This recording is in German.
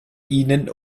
ihnen